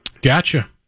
gotcha